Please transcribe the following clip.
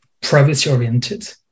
privacy-oriented